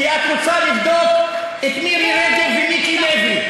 את רוצה לבדוק את מירי רגב ומיקי לוי.